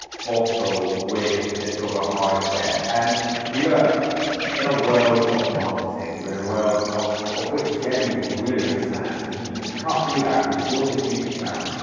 bottle with this silver hardware. um we are in a world of marketing. we're in a world of of which jeremy really understands. you know he can cut through that. he's grown this youtube channel,